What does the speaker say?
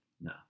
No